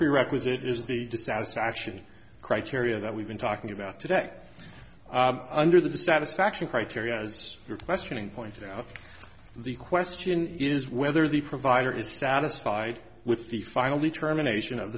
prerequisite is the dissatisfaction criteria that we've been talking about today under the dissatisfaction criteria as your questioning pointed out the question is whether the provider is satisfied with the final determination of